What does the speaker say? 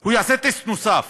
הוא יעשה טסט נוסף.